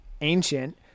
ancient